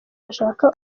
bashaka